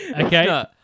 Okay